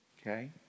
Okay